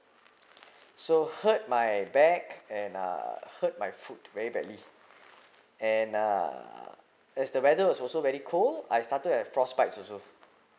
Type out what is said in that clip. so hurt my back and uh hurt my foot very badly and uh as the weather was also very cold I started to have frostbite also